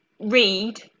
read